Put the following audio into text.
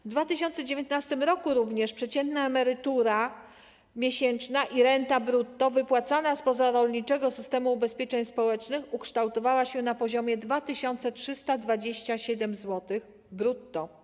W 2019 r. przeciętna emerytura miesięczna i renta brutto wypłacana z pozarolniczego systemu ubezpieczeń społecznych ukształtowała się na poziomie 2327 zł brutto.